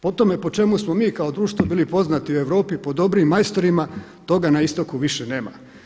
Po tome po čemu smo mi kao društvo bili poznati u Europi po dobrim majstorima toga na istoku više nema.